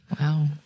Wow